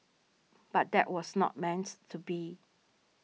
but that was not meant to be